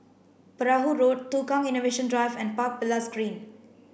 Perahu Road Tukang Innovation Drive and Park Villas Green